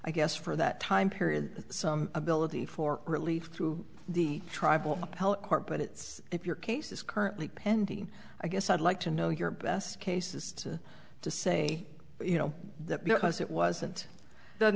i guess for that time period some ability for relief through the tribal court but it's if your case is currently pending i guess i'd like to know your best case is to to say you know that because it wasn't